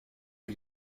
die